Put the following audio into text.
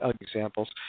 examples